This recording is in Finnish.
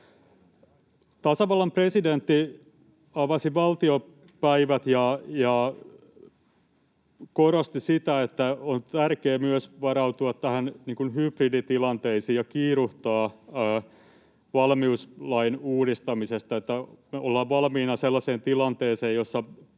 Tasavallan presidentti avasi valtiopäivät ja korosti sitä, että on tärkeää myös varautua näihin hybriditilanteisiin ja kiiruhtaa valmiuslain uudistamisessa, että me ollaan valmiina sellaiseen tilanteeseen,